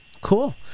Cool